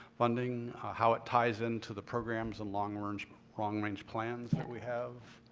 funding how it ties into the programs and long-range long-range plans that we have.